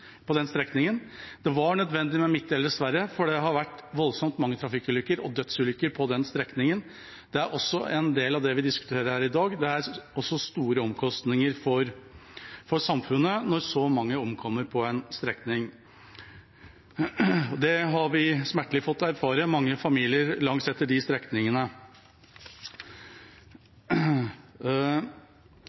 på den strekningen. Det var nødvendig med midtdelere, dessverre, for det har vært voldsomt mange trafikkulykker og dødsulykker på den strekningen. Det er også en del av det vi diskuterer her i dag – at det er store omkostninger for samfunnet når så mange omkommer på en strekning. Det har mange familier langs disse strekningene smertelig fått erfare.